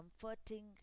comforting